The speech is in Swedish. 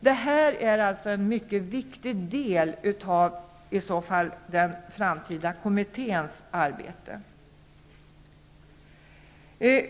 Det här är en mycket viktig del av den framtida kommitténs arbete.